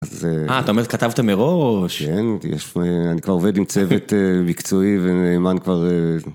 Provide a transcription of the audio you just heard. אה, אתה אומר כתבתם מראש? כן, אני כבר עובד עם צוות מקצועי ונאמן כבר